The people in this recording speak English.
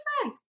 friends